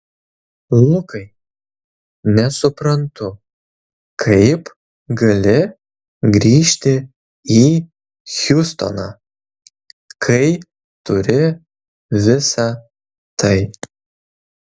lukai nesuprantu kaip gali grįžti į hjustoną kai turi visa tai